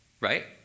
right